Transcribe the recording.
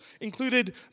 included